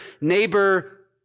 neighbor